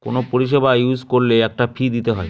কোনো পরিষেবা ইউজ করলে একটা ফী দিতে হয়